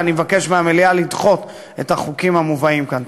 אני מבקש מהמליאה לדחות את החוקים המובאים כאן.